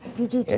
did you